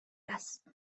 است